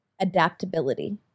Adaptability